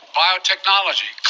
biotechnology